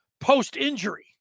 post-injury